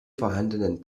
vorhandenen